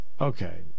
okay